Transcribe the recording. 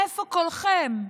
איפה קולכם?